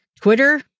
Twitter